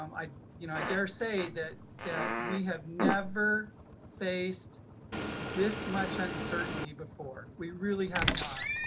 um i you know dare say that that we have never faced this much uncertainty before, we really have not.